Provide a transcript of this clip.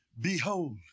Behold